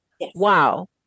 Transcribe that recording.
Wow